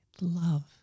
love